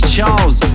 Charles